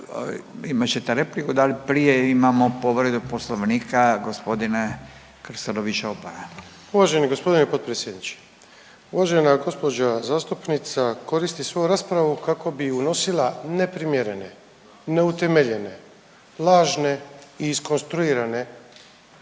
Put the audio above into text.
Imat ćete repliku, ali prije imamo povredu poslovnika g. Krstulović Opara. **Krstulović Opara, Andro (HDZ)** Uvaženi gospodine potpredsjedniče. Uvažena gospođa zastupnica koristi svoju raspravu kako bi unosila neprimjerene, neutemeljene, lažne i iskonstruirane